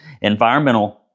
environmental